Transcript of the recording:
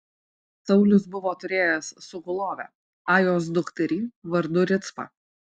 saulius buvo turėjęs sugulovę ajos dukterį vardu ricpą